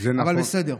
אבל בסדר.